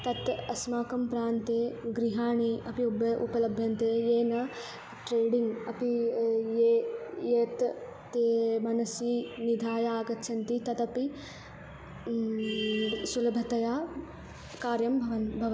तत्अस्माकं प्रान्ते गृहाणि अपि उब उपलभ्यन्ते येन ट्रेडिङ्ग् अपि ये यत् ते मनसि निधाय आगच्छन्ति तदपि सुलभतया कार्यं भवति भव्